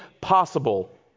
possible